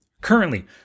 Currently